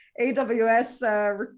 AWS